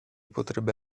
potrebbe